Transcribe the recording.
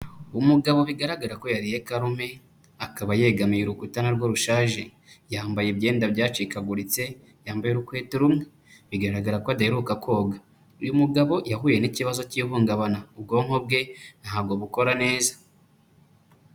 Umugabo bigaragara ko yariye karume, akaba yegamiye urukuta na rwo rushaje, yambaye ibyenda byacikaguritse, yambaye urukweto rumwe, bigaragara ko adaheruka koga, uyu mugabo yahuye n'ikibazo cy'ihungabana, ubwonko bwe ntabwo bukora neza.